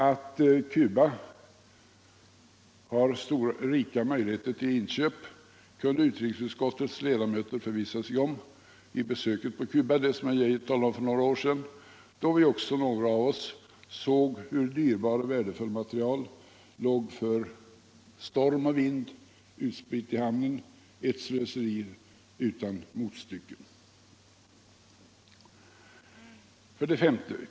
Att Cuba har rika möjligheter till inköp kunde utrikesutskottets ledamöter förvissa sig om vid besöket på Cuba för några år sedan — det som herr Arne Geijer i Stockholm talade om — då också några av oss såg hur dyrbart material låg spritt i hamnen utsatt för storm och vind — ett slöseri utan motstycke. 5.